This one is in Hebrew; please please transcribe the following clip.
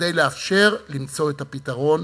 כדי לאפשר למצוא את הפתרון,